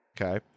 Okay